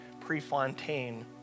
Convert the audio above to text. Prefontaine